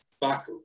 back